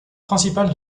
principale